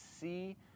see